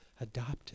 adopted